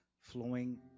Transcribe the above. flowing